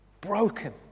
Broken